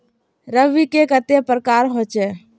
रवि के कते प्रकार होचे?